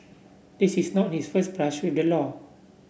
this is not his first brush with the law